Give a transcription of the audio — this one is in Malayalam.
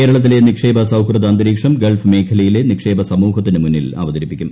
കേരളത്തിലെ നിക്ഷേപ സൌഹൃദ അന്തരീക്ഷം ഗൾഫ് മേഖലയിലെ നിക്ഷേപക സമൂഹത്തിന് മുന്നിൽ അവതരിപ്പിക്കും